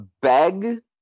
beg